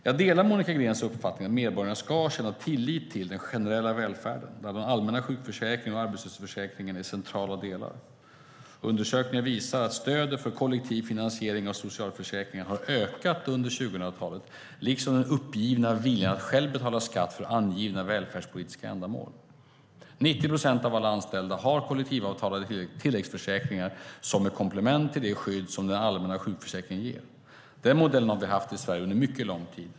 Jag delar Monica Greens uppfattning att medborgarna ska känna tillit till den generella välfärden, där den allmänna sjukförsäkringen och arbetslöshetsförsäkringen är centrala delar. Undersökningar visar att stödet för kollektiv finansiering av socialförsäkringarna har ökat under 2000-talet, liksom den uppgivna viljan att själv betala skatt för angivna välfärdspolitiska ändamål. 90 procent av alla anställda har kollektivavtalade tilläggsförsäkringar som ett komplement till det skydd som den allmänna sjukförsäkringen ger. Den modellen har vi haft i Sverige under mycket lång tid.